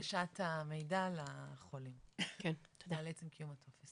הנגשת המידע לחולים על עצם קיום הטופס.